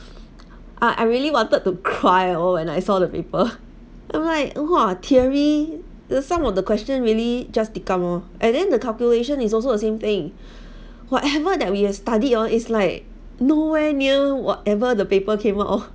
I I really wanted to cry oh and I saw paper I'm like !wah! theory the some of the question really just tikam oh and then the calculation is also the same thing whatever that we have studied oh is like nowhere near whatever the paper came out oh